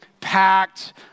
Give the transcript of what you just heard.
packed